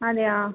അതെ ആ